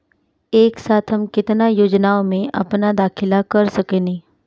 एक साथ हम केतना योजनाओ में अपना दाखिला कर सकेनी?